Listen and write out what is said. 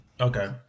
Okay